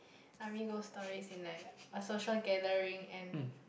army ghost stories in like a social gathering and